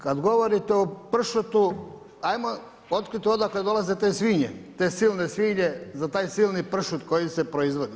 Kad govorite o pršutu, ajmo otkriti odakle dolaze te svinje, te silne svinje za taj silni pršut koji se proizvodi.